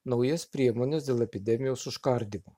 naujas priemones dėl epidemijos užkardymo